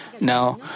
Now